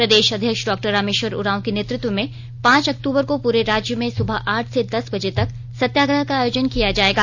प्रदेश अध्यक्ष डॉ रामेश्वर उरांव के नेतृत्व में पांच अक्तूबर को पूरे राज्य में सुबह आठ से दस बजे तक सत्याग्रह का आयोजन किया जाएगा